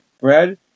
bread